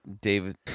David